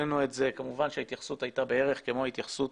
כמובן שההתייחסות הייתה בערך כמו ההתייחסות